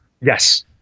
Yes